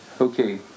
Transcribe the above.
Okay